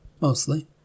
mostly